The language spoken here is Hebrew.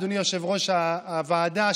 אדוני יושב-ראש הוועדה,